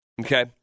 okay